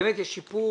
באמת יש שיפור